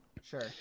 Sure